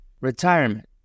Retirement